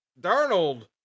Darnold